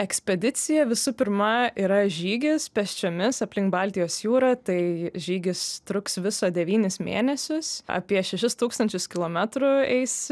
ekspedicija visų pirma yra žygis pėsčiomis aplink baltijos jūrą tai žygis truks viso devynis mėnesius apie šešis tūkstančius kilometrų eis